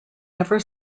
never